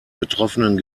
betroffenen